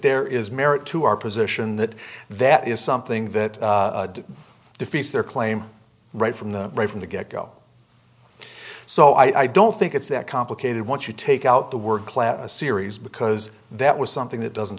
there is merit to our position that that is something that defeats their claim right from the right from the get go so i don't think it's that complicated once you take out the word class a series because that was something that doesn't